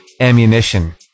ammunition